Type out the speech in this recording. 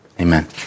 Amen